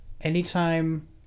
Anytime